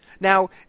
Now